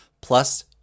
plus